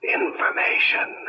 information